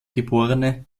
geb